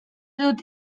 dut